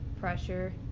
pressure